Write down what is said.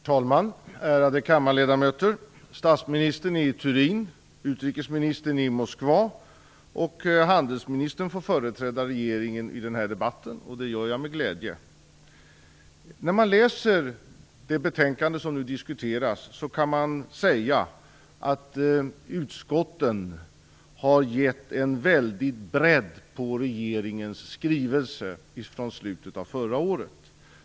Herr talman! Ärade kammarledamöter! Statsministern är i Turin, utrikesministern i Moskva och handelsministern får företräda regeringen i denna debatt. Det gör jag med glädje. När man läser det betänkande som nu diskuteras kan man säga att utskotten har gett en väldig bredd på regeringens skrivelse från slutet av förra året.